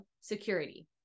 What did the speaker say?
security